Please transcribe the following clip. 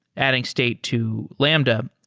adding state to lambda.